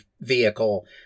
vehicle